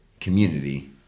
community